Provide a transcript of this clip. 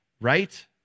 right